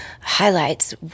highlights